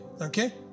Okay